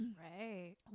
Right